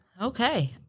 Okay